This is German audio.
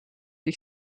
ich